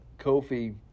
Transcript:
Kofi